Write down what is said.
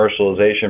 commercialization